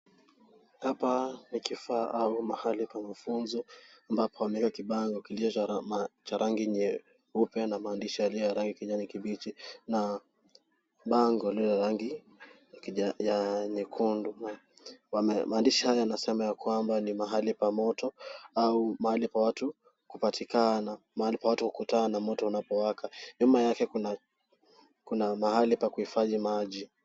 Hapa nikifaa au mahali pa mafunzo ambapo pamewekwa bango la rangi nyeupe na mandishi ya rangi ya kijani kibichi na bango la rangi yekundu mandishi yaha yanasema yakwamba nimahali pamoto au mahali ambapo watu hukutana pakiwa na moto nyuma yake Kuna mahali paku ifadhi maji.